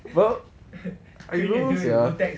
well you know sia